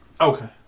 Okay